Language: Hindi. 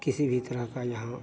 किसी भी तरह का यहाँ